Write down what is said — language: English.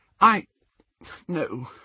I—no